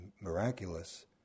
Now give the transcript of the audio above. miraculous